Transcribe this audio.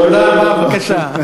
לעולם, בבקשה.